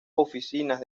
oficinas